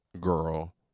Girl